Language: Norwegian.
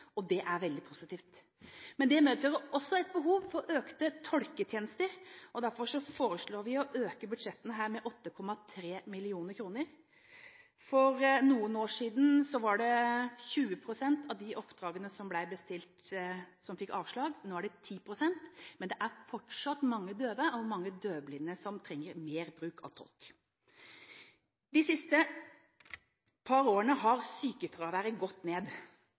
det er veldig positivt. Men det medfører også et behov for økte tolketjenester, og derfor foreslår vi å øke budsjettene her med 8,3 mill. kr. For noen år siden var det 20 pst. av de oppdragene som ble bestilt, som fikk avslag. Nå er det 10 pst., men det er fortsatt mange døve og døvblinde som trenger mer bruk av tolk. De siste par årene har sykefraværet gått ned,